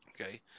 okay